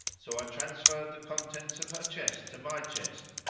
so i transferred the contents of her chest to my chest,